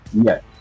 Yes